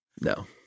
No